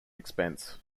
expense